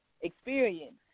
experience